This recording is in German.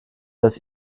das